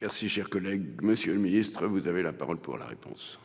Merci, cher collègue, Monsieur le Ministre, vous avez la parole pour la réponse.